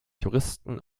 juristen